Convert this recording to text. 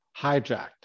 hijacked